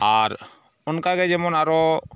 ᱟᱨ ᱚᱱᱠᱟᱜᱮ ᱡᱮᱢᱚᱱ ᱟᱨᱚ